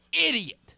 idiot